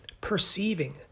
perceiving